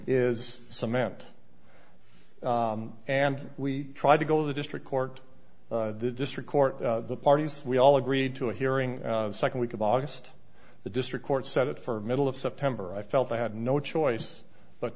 is cement and we tried to go to the district court the district court the parties we all agreed to a hearing second week of august the district court set it for middle of september i felt i had no choice but